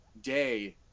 day